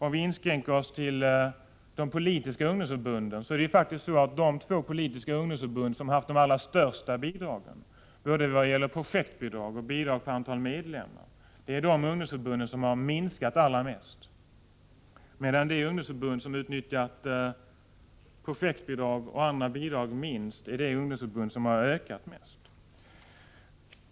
Om vi inskränker oss till de politiska ungdomsförbunden, finner vi att det faktiskt är de två politiska ungdomsförbund som haft de allra största bidragen — både vad gäller projektbidrag och bidrag per antal medlemmar — som har minskat allra mest, medan det ungdomsförbund som utnyttjat projektbidrag och andra bidrag minst har ökat mest. Herr talman!